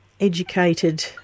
educated